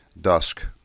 dusk